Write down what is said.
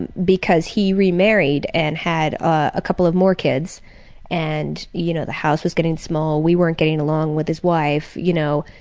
and because he remarried and had a couple of more kids and you know the house was getting small. we weren't getting along with his wife, you know,